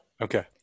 Okay